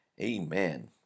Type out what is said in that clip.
Amen